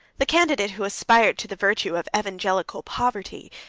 the candidate who aspired to the virtue of evangelical poverty,